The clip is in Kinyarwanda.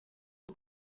rwo